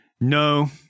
No